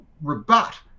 rebut